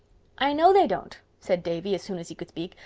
i know they don't, said davy, as soon as he could speak,